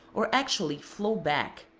or actually flow back.